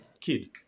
kid